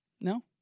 No